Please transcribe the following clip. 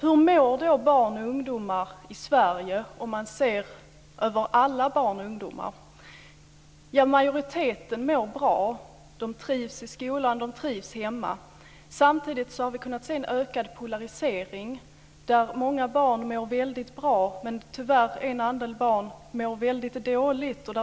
Hur mår då barn och ungdomar i Sverige om man ser på alla barn och ungdomar? Ja, majoriteten mår bra. De trivs i skolan, och de trivs hemma. Samtidigt har vi kunnat se en ökad polarisering, där många barn mår väldigt bra, men tyvärr mår en andel barn väldigt dåligt.